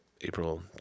April